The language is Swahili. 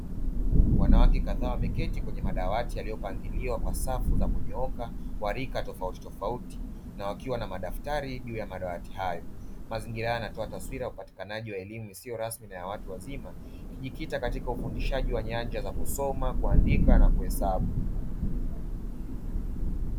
Wanawake kadhaa wameketi kwenye madawati yaliyopangiliwa kwa safu za kunyooka wa rika tofautitofauti, na wakiwa na madaftari juu ya madawati hayo. Mazingira haya yanatoa taswira ya upatikanaji wa elimu isiyo rasmi na ya watu wazima ikijikita katika ufundishaji wa nyanja za kusoma, kuandika na kuhesabu.